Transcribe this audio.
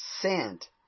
sent